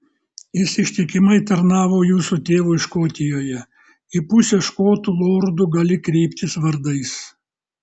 jis ištikimai tarnavo jūsų tėvui škotijoje į pusę škotų lordų gali kreiptis vardais